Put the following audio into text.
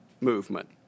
movement